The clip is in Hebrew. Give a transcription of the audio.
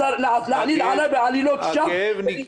להעליל עליי בעלילות שווא.